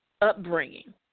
upbringing